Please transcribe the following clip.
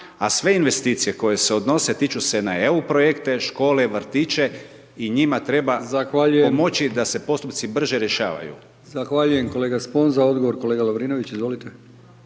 a sve investicije koje se odnose tiču se na EU projekte, škole, vrtiće i njima treba pomoći da se postupci brže rješavaju.